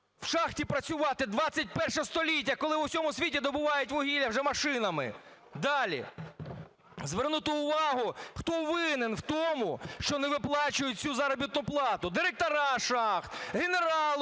в шахті працювати – ХХІ століття, коли в усьому світі добувають вугілля вже машинами. Далі. Звернути увагу, хто винен в тому, що не виплачують цю заробітну плату. Директори шахт, генерали